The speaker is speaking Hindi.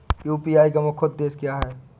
यू.पी.आई का मुख्य उद्देश्य क्या है?